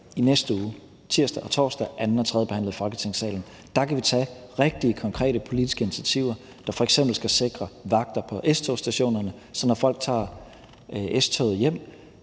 i næste uge; tirsdag og torsdag bliver der anden og tredje behandling i Folketingssalen. Der kan vi tage rigtige, konkrete politiske initiativer, der f.eks. skal sikre vagter på S-togsstationerne, så når folk tager S-toget hjem,